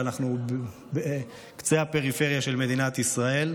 אנחנו בקצה הפריפריה של מדינת ישראל.